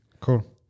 Cool